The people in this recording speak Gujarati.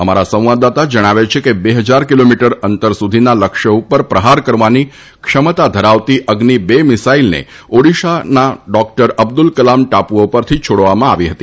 અમારા સંવાદદાતા જણાવે છે કે બે હજાર કિલોમીટર અંતર સુધીના લક્ષ્યો ઉપર પ્રહાર કરવાની ક્ષમતા ધરાવતી અઝ્નિ બે મિસાઇલને ઓડીશાના ડોક્ટર અબ્દુલ કલામ ટાપુઓ ઉપરથી છોડવામાં આવી હતી